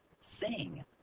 sing